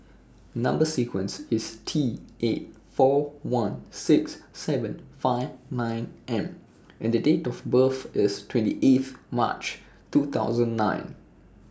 Number sequence IS T eight four one six seven five nine M and Date of birth IS twenty eighth March two thousand nine